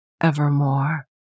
evermore